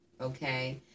Okay